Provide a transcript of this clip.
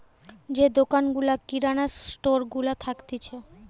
যে দোকান গুলা কিরানা স্টোর গুলা থাকতিছে